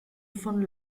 von